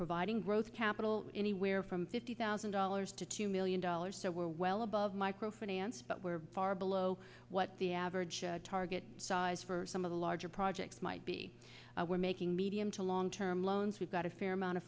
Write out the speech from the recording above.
providing growth capital anywhere from fifty thousand dollars to two million dollars so we're well above micro finance but we're far below what the average target size for some of the larger projects might be we're making medium to long term loans we've got a fair amount of